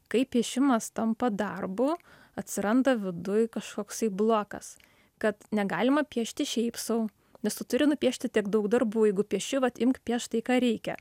kai piešimas tampa darbu atsiranda viduj kažkoksai blokas kad negalima piešti šiaip sau nes tu turi nupiešti tiek daug darbų jeigu piešiu vat imk piešk tai ką reikia